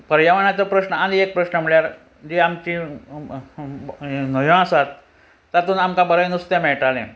पर्यावरणाचो प्रस्न आनी एक प्रश्न म्हळ्यार जी आमची न्हंयो आसात तातून आमकां बरें नुस्तें मेयटालें